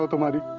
almighty.